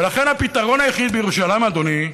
ולכן הפתרון היחיד בירושלים, אדוני,